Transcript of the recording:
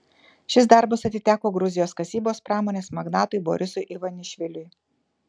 šis darbas atiteko gruzijos kasybos pramonės magnatui borisui ivanišviliui